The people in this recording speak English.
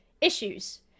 issues